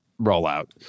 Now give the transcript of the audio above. rollout